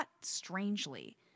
strangely